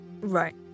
Right